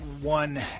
one